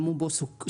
טמון בו סיכון,